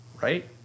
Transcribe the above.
right